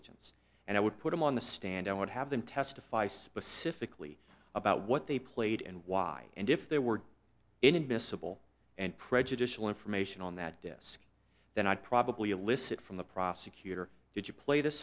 agents and i would put them on the stand i would have them testify specifically about what they played and why and if there were inadmissible and prejudicial information on that desk then i'd probably elicit from the prosecutor did you play th